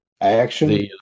action